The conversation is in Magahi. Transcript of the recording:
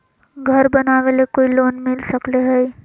घर बनावे ले कोई लोनमिल सकले है?